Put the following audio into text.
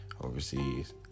overseas